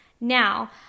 Now